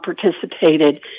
participated